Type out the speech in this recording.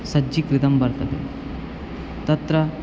सज्जीकृतं वर्तते तत्र